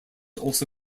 also